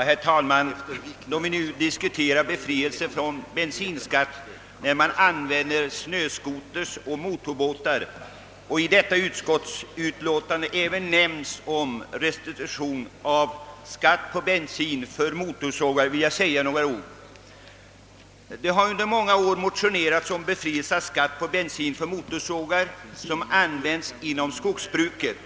Herr talman! Då vi nu skall diskutera frågan om befrielse från bensinskatt vid användning av snöscooters och motorbåtar och då i föreliggande utskottsbetänkande även nämns restitution av skatt på bensin för motorsågar, vill jag säga några ord. Det har under många år motionerats om befrielse från skatt på bensin för motorsågar som användes inom skogs bruket.